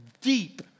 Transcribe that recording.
deep